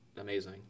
amazing